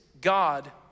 God